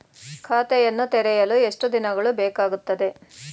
ಖಾತೆಯನ್ನು ತೆರೆಯಲು ಎಷ್ಟು ದಿನಗಳು ಬೇಕಾಗುತ್ತದೆ?